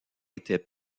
était